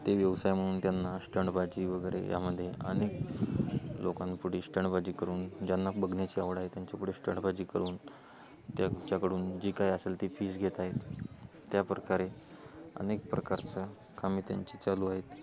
ते व्यवसाय म्हणून त्यांना श्टंडबाजी वगैरे यामध्ये अनेक लोकांपुढे श्टंडबाजी करून ज्यांना बघण्याची आवड आहे त्यांच्यापुढे श्टंडबाजी करून त्याच्याकडून जी काय असेल ती फीस घेत आहे त्याप्रकारे अनेक प्रकारचं कामे त्यांची चालू आहेत